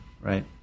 Right